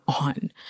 on